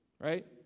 Right